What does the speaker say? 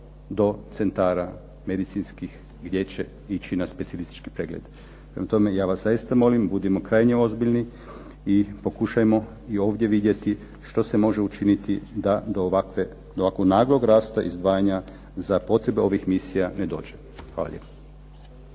do centara medicinskih gdje će ići na specijalistički pregled. Prema tome, ja vas zaista molim, budimo krajnje ozbiljni i pokušajmo i ovdje vidjeti što se može učiniti da do ovakvog naglog rasta izdvajanja za potrebe ovih misija ne dođe. Hvala